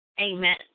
Amen